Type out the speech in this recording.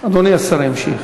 אדוני השר ימשיך.